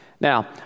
Now